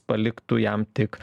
paliktų jam tik